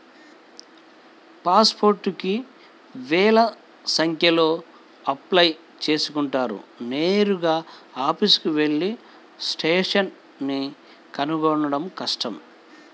pass పోర్టుకి వేల సంఖ్యలో అప్లై చేసుకుంటారు నేరుగా ఆఫీసుకెళ్ళి స్టేటస్ ని కనుక్కోడం కష్టం